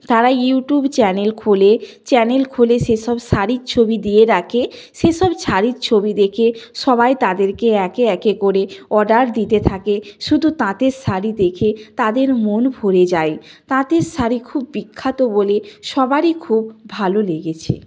তারা YouTube channel খোলে channel খুলে সেইসব শাড়ির ছবি দিয়ে রাখে সেইসব শাড়ির ছবি দেখে সবাই তাদেরকে একে একে করে অর্ডার দিতে থাকে শুধু তাঁতের শাড়ি দেখে তাদের মন ভরে যায় তাঁতের শাড়ি খুব বিখ্যাত বলে সবারই খুব ভালো লেগেছে